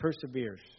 perseveres